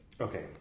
Okay